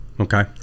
Okay